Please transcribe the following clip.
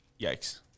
yikes